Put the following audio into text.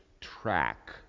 track